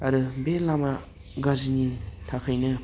आरो बे लामा गाज्रिनि थाखायनो